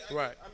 right